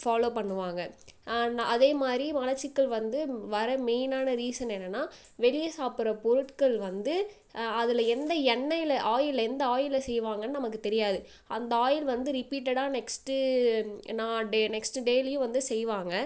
follow பண்ணுவாங்க அதேமாதிரி மலச்சிக்கல் வந்து வர மெயினான ரீசன் என்னன்னா வெளியே சாப்பிட்ற பொருட்கள் வந்து அதில் எந்த எண்ணெயில் ஆயில் எந்த ஆயிலில் செய்வாங்கன்னு நமக்கு தெரியாது அந்த ஆயில் வந்து ரிப்பீட்டடா நெக்ஸ்ட்டு நாள் நெக்ஸ்ட்டு டெய்லியும் வந்து செய்வாங்க